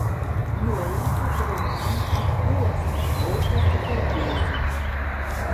nueisiu trumpam į uostą kol pasikalbėsite